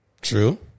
True